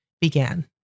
began